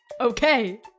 Okay